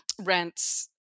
rents